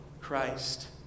Christ